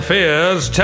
Fear's